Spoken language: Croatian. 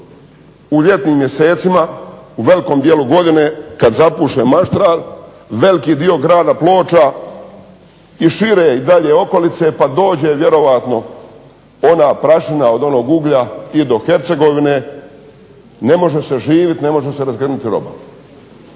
u ljetnim mjesecima, u velikom dijelu godine kad zapuše maestral veliki dio grada Ploča i šire i dalje okolice pa dođe vjerojatno ona prašina od onog uglja i do Hercegovine, ne može se živjet, ne može se razgrnuti roba.